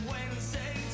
Wednesday